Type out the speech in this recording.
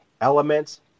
elements